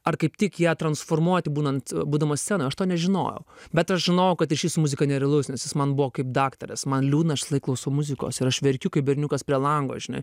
ar kaip tik ją transformuoti būnant būdamas scenoj aš to nežinojau bet aš žinojau kad ryšys su muzika nerealus nes jis man buvo kaip daktaras man liūdna aš visąlaik klausiau muzikos ir aš verkiu kaip berniukas prie lango žinai